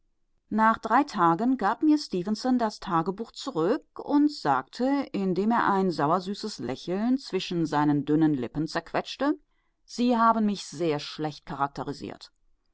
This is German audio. nach drei tagen gab mir stefenson das tagebuch zurück und sagte indem er ein sauersüßes lächeln zwischen seinen dünnen lippen zerquetschte sie haben mich sehr schlecht charakterisiert